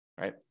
right